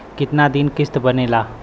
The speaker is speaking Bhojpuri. कितना दिन किस्त बनेला?